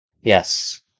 Yes